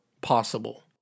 possible